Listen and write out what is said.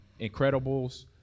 Incredibles